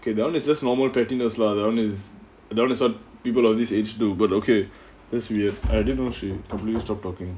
okay that [one] is just normal pettiness lah that [one] is that [one] is what people of this age do but okay that's weird I didn't know she completely stop talking